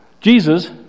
Jesus